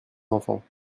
enfants